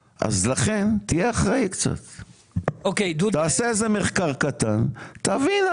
לכן, תהיה אחראי קצת, תעשה מחקר קטן ותבין.